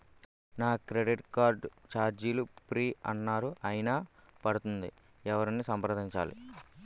నా credit card ఛార్జీలు free అన్నారు అయినా పడుతుంది ఎవరిని సంప్రదించాలి?